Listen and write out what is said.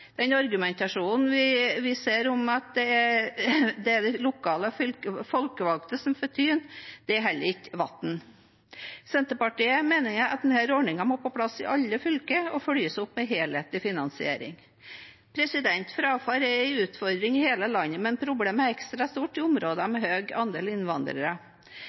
Den argumentasjonen vi ser, og at det er de lokale folkevalgte som får tyn, holder ikke vann. Senterpartiet mener at denne ordningen må på plass i alle fylker og følges opp med en helhetlig finansiering. Frafall er en utfordring i hele landet, men problemet er ekstra stort i områder med en høy andel innvandrere.